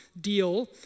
deal